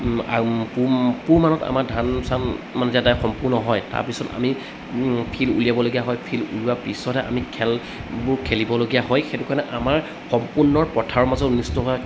আৰু পুহ পুহমানত আমাৰ ধান চান মানে যে দাই সম্পূৰ্ণ হয় তাৰপিছত আমি ফিল্ড উলিয়াবলগীয়া হয় ফিল্ড উলিওৱাৰ পিছতহে আমি খেলবোৰ খেলিবলগীয়া হয় সেইটো কাৰণে আমাৰ সম্পূৰ্ণৰ পথাৰৰ মাজত অনুষ্ঠিত হোৱা